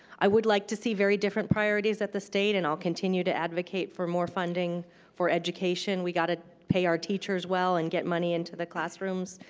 i would like to see very different priorities at the state. and i'll continue to advocate for more funding for education. we got to pay our teachers well and get money into the classrooms.